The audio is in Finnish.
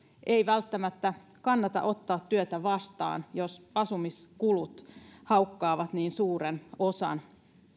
ei välttämättä kannata ottaa työtä vastaan jos asumiskulut haukkaavat niin suuren osan